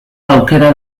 aukera